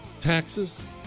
taxes